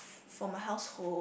for my household